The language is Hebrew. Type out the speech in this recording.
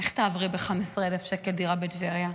איך תעברי לדירה ב-15,000 שקל לדירה בטבריה?